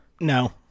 no